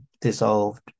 dissolved